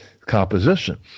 composition